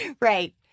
Right